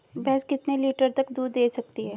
भैंस कितने लीटर तक दूध दे सकती है?